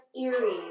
eerie